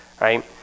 right